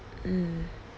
mm